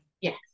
yes